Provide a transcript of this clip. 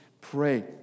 Pray